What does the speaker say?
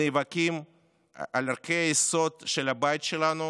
נאבקים על ערכי היסוד של הבית שלנו